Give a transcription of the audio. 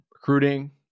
recruiting